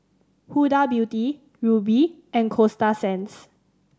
Huda Beauty Rubi and Coasta Sands